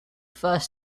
first